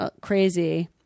crazy